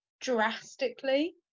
drastically